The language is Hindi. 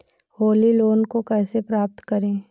होली लोन को कैसे प्राप्त करें?